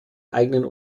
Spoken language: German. eigenen